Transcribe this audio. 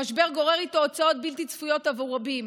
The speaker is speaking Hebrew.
המשבר גורר איתו הוצאות בלתי צפויות עבור רבים.